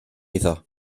iddo